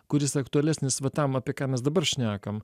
kuris aktualesnis va tam apie ką mes dabar šnekam